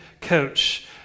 coach